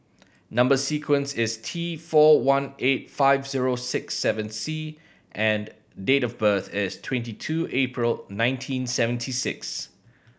number sequence is T four one eight five zero six seven C and date of birth is twenty two April nineteen seventy six